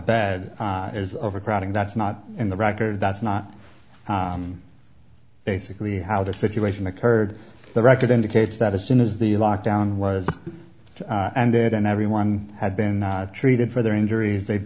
bad is overcrowding that's not in the record that's not basically how the situation occurred the record indicates that as soon as the lockdown was and did and everyone had been treated for their injuries they've